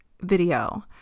video